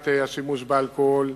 מניעת השימוש באלכוהול